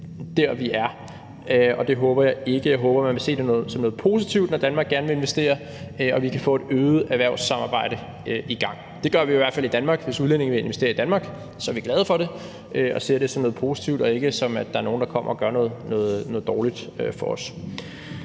der, vi er, og det håber jeg ikke. Jeg håber, man vil se det som noget positivt, når Danmark gerne vil investere, og at vi kan få et øget erhvervssamarbejde i gang. Det gør vi i hvert fald i Danmark; hvis udlændinge vil investere i Danmark er vi glade for det og ser det som noget positivt og ikke, som at der er nogle, der kommer og gør noget dårligt for os.